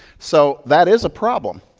so that is a problem.